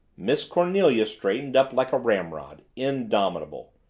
miss cornelia straightened up like a ramrod indomitable.